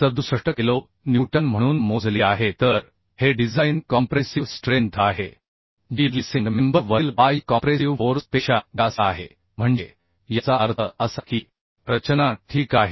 67किलो newton म्हणून मोजली आहे तर हे डिझाइन कॉम्प्रेसिव स्ट्रेंथ आहेजी लेसिंग मेंबर वरील बाह्य कॉम्प्रेसिव फोर्स पेक्षा जास्त आहे म्हणजे याचा अर्थ असा की रचना ठीक आहे